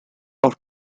off